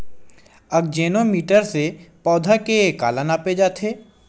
आकजेनो मीटर से पौधा के काला नापे जाथे?